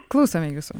klausome jūsų